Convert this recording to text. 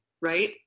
right